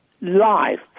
life